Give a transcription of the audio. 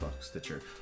Stitcher